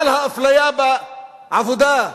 על האפליה בעבודה,